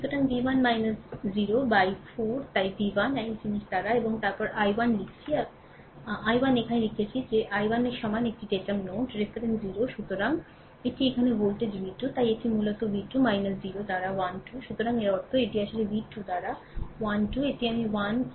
সুতরাং V 1 0 by 4 তাই V 1 এই জিনিস দ্বারা এবং তারপরে আমি 1 লিখছি আমি 1 এখানে লিখছি যে i 1 এর সমান এটি ডেটুম নোড রেফারেন্স 0 সুতরাং এটি এখানে ভোল্টেজ v 2 তাই এটি মূলত v 2 0 দ্বারা 12 সুতরাং এর অর্থ এটি আসলে ভি 2 দ্বারা 12 এটি আমি 1